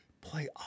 play